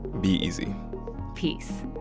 be easy peace